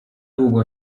długo